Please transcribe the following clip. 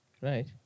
right